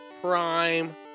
prime